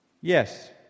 Yes